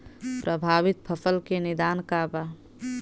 प्रभावित फसल के निदान का बा?